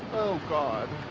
oh, god.